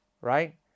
right